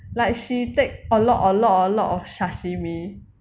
like she take a lot a lot a lot of sashimi